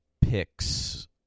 picks